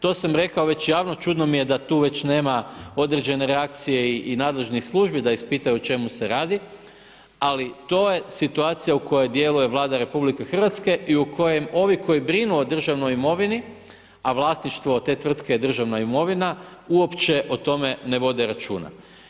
To sam rekao već javno, čudno mi je da tu već nema određene reakcije i nadležnih službi, da ispitaju o čemu se radi, ali to je situacija u kojom djeluju Vlada Republike Hrvatske i u kojem ovi koji brinu o državnoj imovini, a vlasništvo od te tvrtke je državna imovina, uopće o tome ne vode računa.